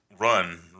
Run